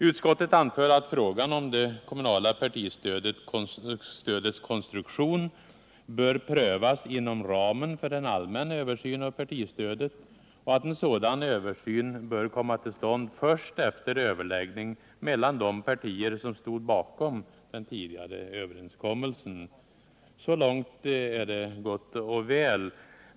Utskottet anför att frågan om det kommunala partistödets konstruktion bör prövas inom ramen för en allmän översyn av partistödet och att en sådan översyn bör komma till stånd först efter överläggning mellan de partier som stod bakom den tidigare överenskommelsen. Så långt är det gott och väl.